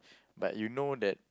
but you know that